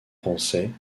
français